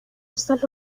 estas